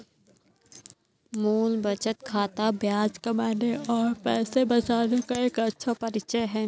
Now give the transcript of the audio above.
मूल बचत खाता ब्याज कमाने और पैसे बचाने का एक अच्छा परिचय है